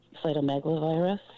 cytomegalovirus